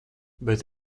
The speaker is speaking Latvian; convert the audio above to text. bet